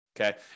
okay